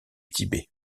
tibet